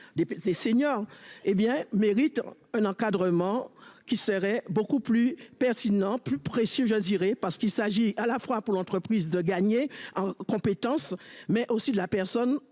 des seniors. Hé bien mérite un encadrement qui serait beaucoup plus pertinent plus précieux Jaziré parce qu'il s'agit à la fois pour l'entreprise de gagner en compétences mais aussi de la personne